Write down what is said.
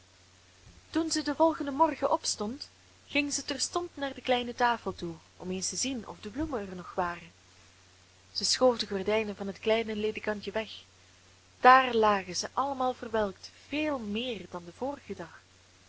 toen zij den volgenden morgen opstond ging zij terstond naar de kleine tafel toe om eens te zien of de bloemen er nog waren zij schoof de gordijnen van het kleine ledekantje weg daar lagen ze allemaal verwelkt veel meer dan den vorigen dag